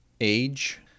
age